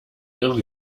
irre